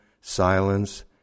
silence